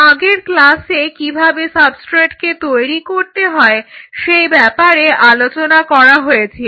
আগের ক্লাসে কিভাবে সাবস্ট্রেটকে তৈরি করতে হয় সেই ব্যাপারে আলোচনা করা হয়েছিল